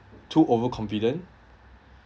too overconfident